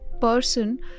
person